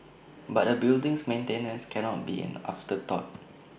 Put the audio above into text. but A building's maintenance cannot be an afterthought